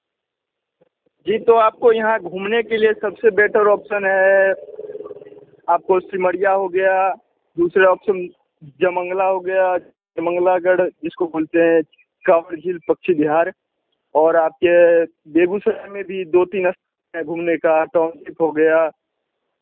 जी तो आपको यहाँ घूमने के लिए सबसे बेटर ऑप्शन है आपको सिमड़िया हो गया दूसरा ऑप्सन जयमंगला हो गया जयमंगला गढ़ जिसको बोलते हैं कावड़ झील पक्षी बिहार और आपके बेगूसराय में भी दो तीन है घूमने का टाउनशिप हो गया